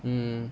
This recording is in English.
mm